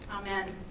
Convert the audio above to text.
Amen